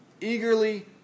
eagerly